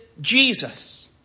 Jesus